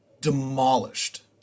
demolished